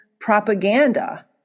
propaganda